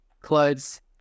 clothes